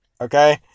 Okay